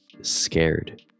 scared